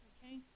Okay